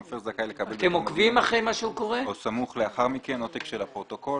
המפר זכאי לקבל בתום הדיון או סמוך לאחר מכן עותק של הפרוטוקול.